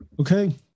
Okay